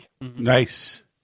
Nice